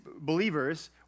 believers